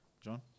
John